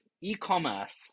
e-commerce